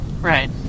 Right